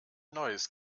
neues